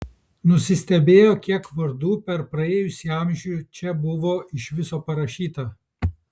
nusistebėjo kiek vardų per praėjusį amžių čia buvo iš viso parašyta